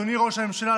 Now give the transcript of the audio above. אדוני ראש הממשלה,